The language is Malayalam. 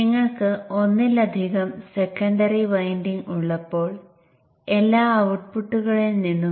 നിങ്ങൾക്ക് IGBT യും ഉപയോഗിക്കാൻ കഴിയും